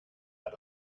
out